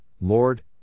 Lord